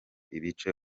ibice